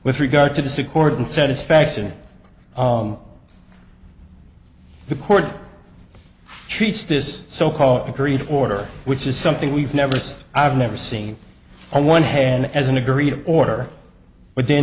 with regard to this accord satisfaction the court treats this so called agreed order which is something we've never i've never seen on one hand as an agreed order